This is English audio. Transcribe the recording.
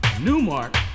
Newmark